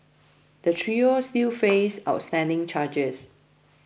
the trio still face outstanding charges